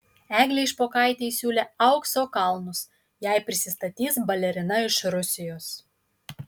eglei špokaitei siūlė aukso kalnus jei prisistatys balerina iš rusijos